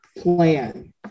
plan